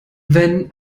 wenn